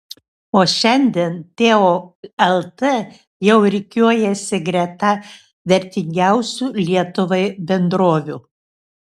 o šiandien teo lt jau rikiuojasi greta vertingiausių lietuvai bendrovių